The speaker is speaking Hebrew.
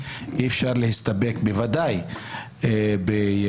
אי אפשר להסתפק בוודאי בהודעה,